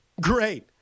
Great